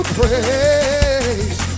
praise